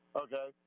okay